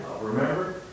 Remember